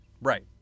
right